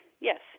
Yes